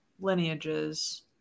lineages